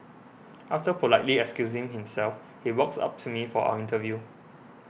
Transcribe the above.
after politely excusing himself he walks up to me for our interview